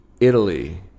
Italy